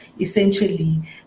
essentially